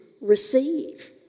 receive